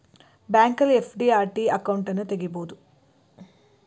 ಬ್ಯಾಂಕಲ್ಲಿ FD, RD ಅಕೌಂಟನ್ನು ತಗಿಬೋದು